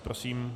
Prosím.